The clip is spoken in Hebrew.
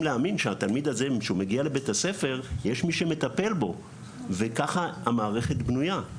להאמין שהתלמיד הזה מגיע לבית הספר ויש מי שמטפל בו וככה המערכת בנויה.